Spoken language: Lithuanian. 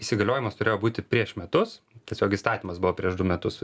įsigaliojimas turėjo būti prieš metus tiesiog įstatymas buvo prieš du metus